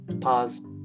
Pause